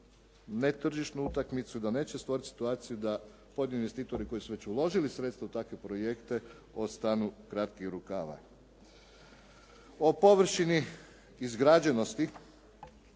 ne tržišnu utakmicu, da neće stvoriti situaciju da pojedini investitori koji su već uložili sredstva u takve projekte ostanu kratkih rukava. O površini izgrađenosti,